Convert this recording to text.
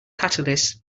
catalysts